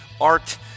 art